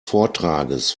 vortrages